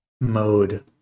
Mode